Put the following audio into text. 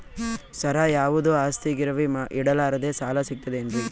ಸರ, ಯಾವುದು ಆಸ್ತಿ ಗಿರವಿ ಇಡಲಾರದೆ ಸಾಲಾ ಸಿಗ್ತದೇನ್ರಿ?